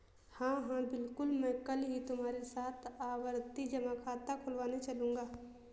हां हां बिल्कुल मैं कल ही तुम्हारे साथ आवर्ती जमा खाता खुलवाने चलूंगा